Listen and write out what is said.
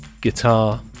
Guitar